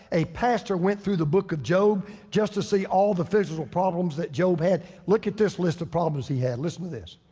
a pastor went through the book of job just to see all the physical problems that job had. look at this list of problems he had, listen to this.